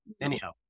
Anyhow